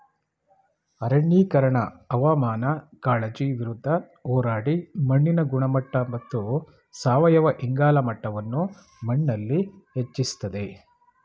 ಅರಣ್ಯೀಕರಣ ಹವಾಮಾನ ಕಾಳಜಿ ವಿರುದ್ಧ ಹೋರಾಡಿ ಮಣ್ಣಿನ ಗುಣಮಟ್ಟ ಮತ್ತು ಸಾವಯವ ಇಂಗಾಲ ಮಟ್ಟವನ್ನು ಮಣ್ಣಲ್ಲಿ ಹೆಚ್ಚಿಸ್ತದೆ